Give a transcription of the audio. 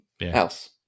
else